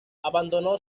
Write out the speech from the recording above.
abandonó